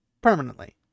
permanently